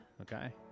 Okay